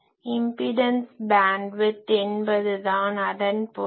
impedance bandwidth என்பதுதான் அதன் பொருள்